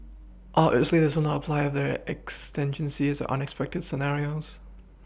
obviously this will not apply if there are exigencies or unexpected scenarios